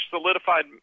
solidified